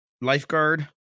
Lifeguard